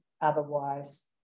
otherwise